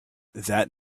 that